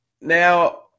Now